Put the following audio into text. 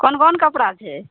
कोन कोन कपड़ा छै